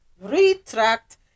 Retract